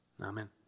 Amen